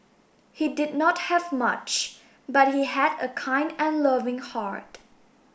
he did not have much but he had a kind and loving hard